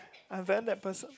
and then the person